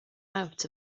out